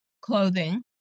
clothing